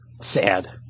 Sad